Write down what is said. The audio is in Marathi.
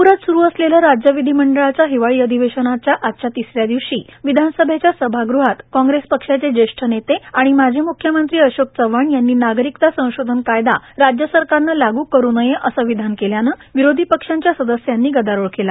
नागपूरात सुरू असलेलं राज्य विधीमंडळाच्या हिवाळी अधिवेशनाच्या आजच्या तिस या दिवशी विधानसभेच्या सभागृहात कॉग्रेस पक्षाचे ज्येष्ठ नेते आणि माजी मुख्यमंत्री अशोक चव्हाण यांनी नागरिकता संशोधन कायदा राज्य सरकारने लागू करू नये असे विधान केल्यानं विरोधी पक्षांच्या सदस्यांनी गदारोळ केला